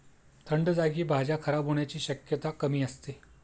थंड जागी भाज्या खराब होण्याची शक्यता कमी असते